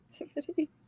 activity